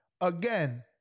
again